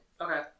Okay